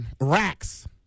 Racks